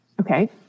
Okay